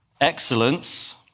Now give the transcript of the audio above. Excellence